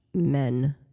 men